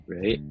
right